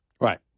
Right